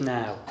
now